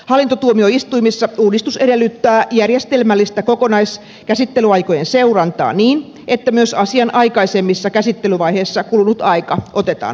hallintotuomioistuimissa uudistus edellyttää järjestelmällistä kokonaiskäsittelyaikojen seurantaa niin että myös asian aikaisemmissa käsittelyvaiheissa kulunut aika otetaan huomioon